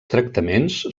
tractaments